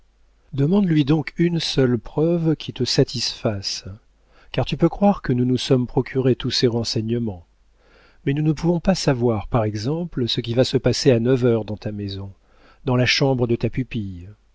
demande-lui donc une seule preuve qui te satisfasse car tu peux croire que nous nous sommes procuré tous ces renseignements mais nous ne pouvons pas savoir par exemple ce qui va se passer à neuf heures dans ta maison dans la chambre de ta pupille